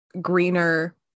greener